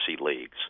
leagues